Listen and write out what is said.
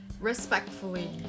Respectfully